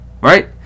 right